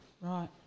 Right